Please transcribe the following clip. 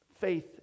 faith